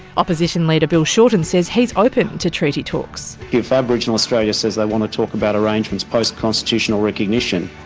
opposition leader bill shorten says he is open to treaty talks. if aboriginal australia says they want to talk about arrangements post constitutional recognition,